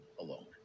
alone